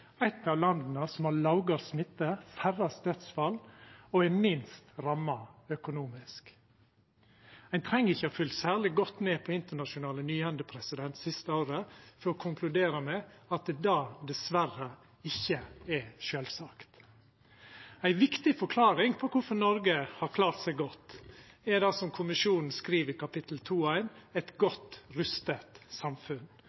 av landa som har lågast smitte, færrast dødsfall og er minst ramma økonomisk. Ein treng ikkje å ha følgt særleg godt med på internasjonale nyhende det siste året for å konkludera med at det dessverre ikkje er sjølvsagt. Ei viktig forklaring på korfor Noreg har klart seg godt, er det som kommisjonen skriv i Kapittel